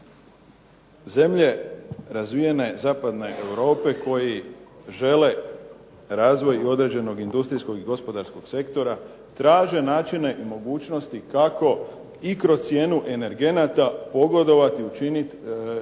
zemlje razvijene zapadne Europe koji žele razvoj određenog industrijskog i gospodarskog sektora, traže načine i mogućnosti kako i kroz cijenu energenata pogodovati i učiniti svoje